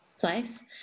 place